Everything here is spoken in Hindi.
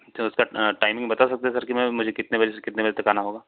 अच्छा उसका टाइमिंग बता सकते हैं सर कि मैं मुझे कितने बजे से कितने बजे तक आना होगा